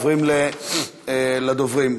עוברים לדוברים.